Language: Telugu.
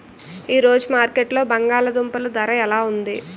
ఈ రోజు మార్కెట్లో బంగాళ దుంపలు ధర ఎలా ఉంది?